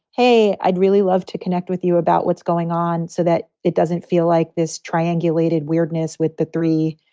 hey, i'd really love to connect with you about what's going on so that it doesn't feel like this triangulated weirdness with the three,